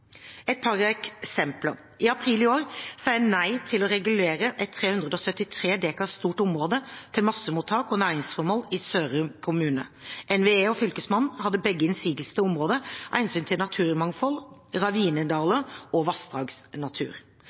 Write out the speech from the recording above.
Et par eksempler: I april i år sa jeg nei til å regulere et 373 dekar stort område til massemottak og næringsformål i Sørum kommune. NVE og Fylkesmannen hadde begge innsigelse til området av hensyn til naturmangfold, ravinedaler og vassdragsnatur.